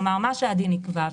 כלומר מה שהדין יקבע.